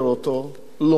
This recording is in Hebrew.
לומד אותו,